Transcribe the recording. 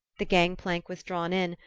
the gang-plank was drawn in,